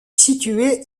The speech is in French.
situé